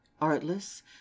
artless